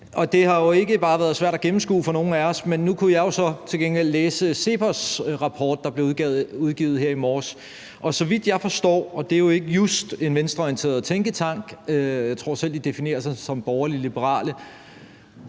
Det har jo ikke bare været svært at gennemskue for os, for jeg kunne læse CEPOS' rapport, der blev udgivet her i morges. Og så vidt jeg forstår, er det sådan – og det er jo ikke just en venstreorienteret tænketank; jeg tror, at de selv definerer sig som borgerlig-liberale